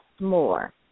more